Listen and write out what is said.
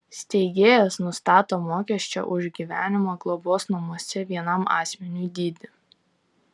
steigėjas nustato mokesčio už gyvenimą globos namuose vienam asmeniui dydį